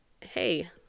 hey